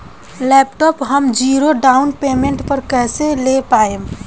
Laptop हम zero down payment पर कैसे ले पाएम?